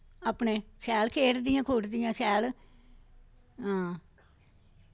अपने शैल खेढदियां खूढदियां शैल हां